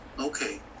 Okay